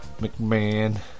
McMahon